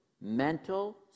mental